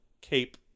cape